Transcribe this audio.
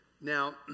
now